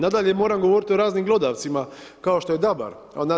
Nadalje, moram govoriti o raznim glodavcima, kao što je dabar.